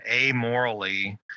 amorally